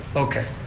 okay.